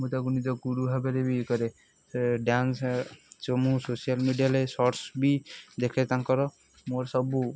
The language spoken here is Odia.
ମୁଁ ତାକୁ ନିଜ ଗୁରୁ ଭାବରେ ବି କରେ ସେ ଡ଼୍ୟାନ୍ସ ସେ ମୁଁ ସୋସିଆଲ୍ ମିଡ଼ିଆରେ ସର୍ଟସ ବି ଦେଖେ ତାଙ୍କର ମୋର ସବୁ